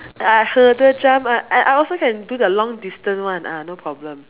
uh hurdle jump ah I I also can do the long distance one ah no problem